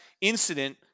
incident